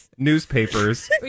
Newspapers